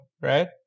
right